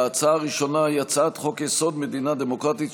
ההצעה הראשונה היא הצעת חוק-יסוד: מדינה דמוקרטית,